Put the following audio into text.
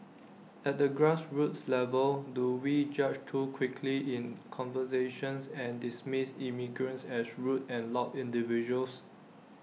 at the grassroots level do we judge too quickly in conversations and dismiss immigrants as rude and loud individuals